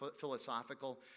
philosophical